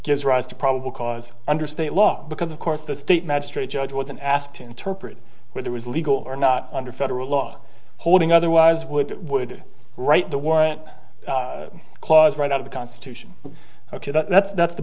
gives rise to probable cause under state law because of course the state magistrate judge wasn't asked to interpret where there was legal or not under federal law holding otherwise would would write the warrant clause right out of the constitution ok that's that's the